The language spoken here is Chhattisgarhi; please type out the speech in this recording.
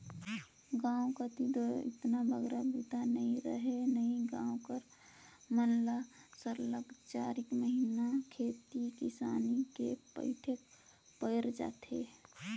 गाँव कती दो ओतना बगरा बूता रहें नई गाँव कर मन ल सरलग चारिक महिना खेती किसानी ले पइठेक पइर जाथे